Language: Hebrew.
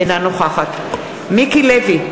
אינה נוכחת מיקי לוי,